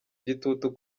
igitutu